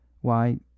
Why